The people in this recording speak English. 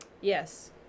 Yes